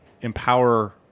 empower